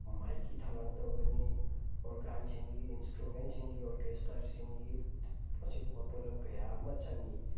ꯃꯥꯏꯛꯀꯤ ꯊꯧꯔꯥꯡ ꯇꯧꯒꯅꯤ ꯑꯣꯔꯒꯥꯟꯁꯤꯡꯒꯤ ꯏꯟꯁꯇ꯭ꯔꯨꯃꯦꯟꯁꯤꯡꯒꯤ ꯑꯣꯔꯀꯦꯁꯇ꯭ꯔꯥꯁꯤꯡꯒꯤ ꯑꯁꯤꯒꯨꯝꯕ ꯄꯣꯠꯂꯝ ꯀꯌꯥ ꯑꯃ ꯆꯪꯉꯤ